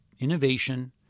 innovation